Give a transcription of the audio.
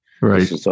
Right